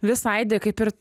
vis aidi kaip ir